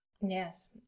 yes